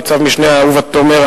ניצב-משנה אהובה תומר.